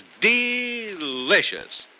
delicious